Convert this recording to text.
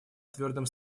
твердым